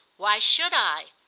why should i?